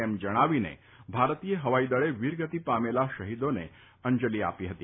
તેમ જણાવી ને ભારતીય હવાઇ દળે વીર ગતિ પામેલા શહિદોને અંજલી આપી છે